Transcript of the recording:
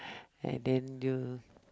and then the